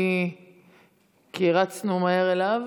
כי הרצנו מהר אליו.